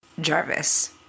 Jarvis